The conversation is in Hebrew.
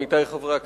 עמיתי חברי הכנסת,